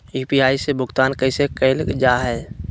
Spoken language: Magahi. यू.पी.आई से भुगतान कैसे कैल जहै?